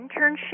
internship